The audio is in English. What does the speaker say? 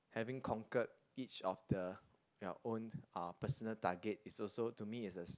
having conquered each of the your own uh personal target is also to me is a